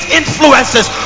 influences